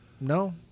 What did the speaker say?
No